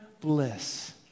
bliss